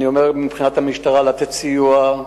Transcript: אני מדבר מבחינת המשטרה, לתת סיוע,